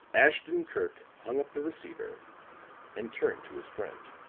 ashton-kirk hung up the receiver and turned to his friend.